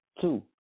two